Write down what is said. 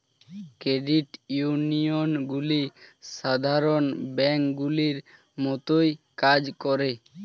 credit ইউনিয়নগুলি সাধারণ ব্যাঙ্কগুলির মতোই কাজ করে